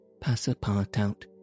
Passapartout